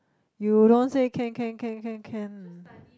you don't say can can can can can